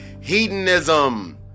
hedonism